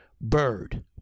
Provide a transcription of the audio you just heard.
Bird